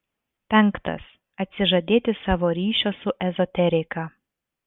penktas atsižadėti savo ryšio su ezoterika